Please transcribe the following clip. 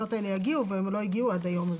שהתקנות האלה יגיעו והן לא הגיעו עד היום.